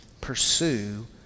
pursue